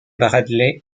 bradley